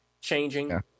changing